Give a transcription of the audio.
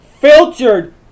filtered